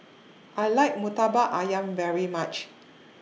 I like Murtabak Ayam very much